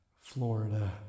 Florida